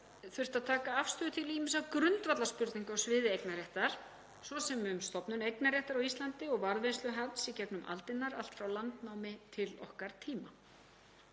þurft að taka afstöðu til ýmissa grundvallarspurninga á sviði eignarréttar, svo sem um stofnun eignarréttar á Íslandi og varðveislu hans í gegnum aldirnar allt frá landnámi til okkar tíma.